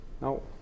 No